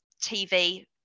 TV